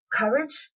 courage